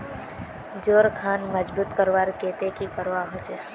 जोड़ खान मजबूत करवार केते की करवा होचए?